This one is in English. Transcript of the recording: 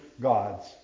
gods